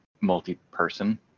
multi-person